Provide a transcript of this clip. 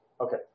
Okay